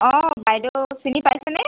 অঁ বাইদেউ চিনি পাইছেনে